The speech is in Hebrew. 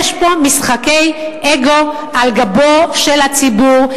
יש פה משחקי אגו על גבו של הציבור,